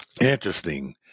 interesting